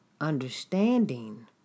understanding